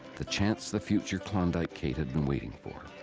the chance the future kondike kate had been waiting for.